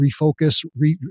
refocus